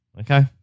Okay